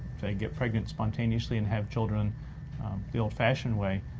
if they get pregnant spontaneously and have children the old-fashioned way,